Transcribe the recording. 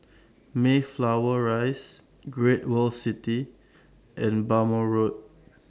Mayflower Rise Great World City and Bhamo Road